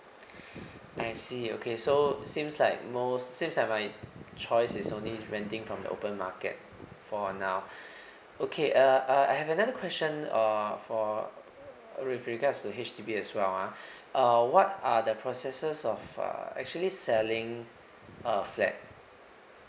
I see okay so seems like most since like my choice is only renting from the open market for now okay uh uh I have another question uh for with regards to H_D_B as well ah uh what are the processes of uh actually selling a flat